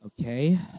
Okay